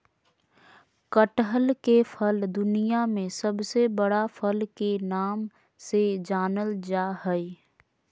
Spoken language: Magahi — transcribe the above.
कटहल के फल दुनिया में सबसे बड़ा फल के नाम से जानल जा हइ